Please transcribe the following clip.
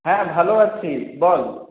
হ্যাঁ ভালো আছি বল